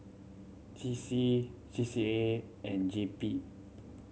C C C C A and J P